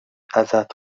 ازت